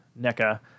NECA